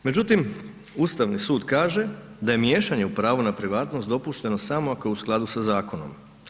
Međutim, Ustavni sud kaže da je miješanje u pravo na privatnost dopušteno samo ako je u skladu sa zakonom.